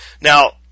Now